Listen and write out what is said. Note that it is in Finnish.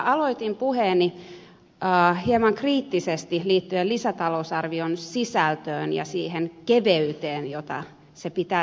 aloitin puheeni hieman kriittisesti liittyen lisätalousarvion sisältöön ja siihen keveyteen jota se pitää sisällänsä